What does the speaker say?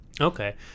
Okay